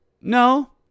No